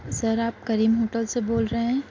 سر آپ کریم ہوٹل سے بول رہے ہیں